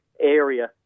area